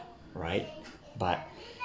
right but